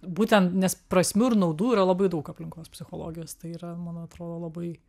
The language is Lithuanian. būtent nes prasmių ir naudų yra labai daug aplinkos psichologijos tai yra man atrodo labai